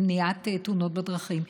למניעת תאונות דרכים.